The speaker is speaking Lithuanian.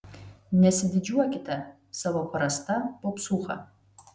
nesididžiuokite savo prasta popsūcha